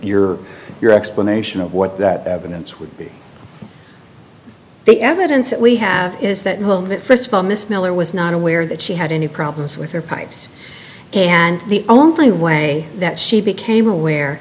your your explanation of what that evidence would be the evidence that we have is that moment first of all miss miller was not aware that she had any problems with their pipes and the only way that she became aware